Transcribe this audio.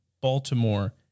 Baltimore